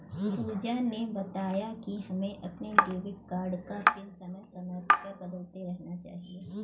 पूजा ने बताया कि हमें अपने डेबिट कार्ड का पिन समय समय पर बदलते रहना चाहिए